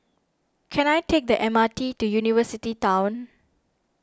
can I take the M R T to University Town